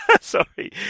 Sorry